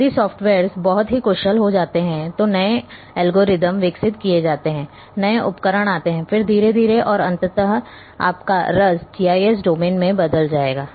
यदि सॉफ्टवेयर्स बहुत ही कुशल हो जाते हैं तो नए एल्गोरिदम विकसित किए जाते हैं नए उपकरण आते हैं फिर धीरे धीरे और अंततः आपका रस जीआईएस डोमेन में बदल जाएगा